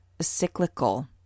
cyclical